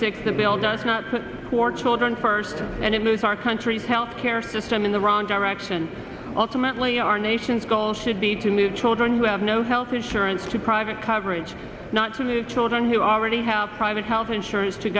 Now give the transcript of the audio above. six the bill does not fit for children first and it moves our country's health care system in the wrong direction ultimately our nation's goal should be to move children who have no health insurance to private coverage not to move children who already have private health insurance to